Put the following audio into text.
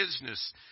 business